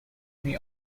may